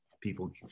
people